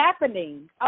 happening